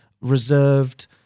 reserved